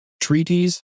treaties